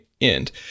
end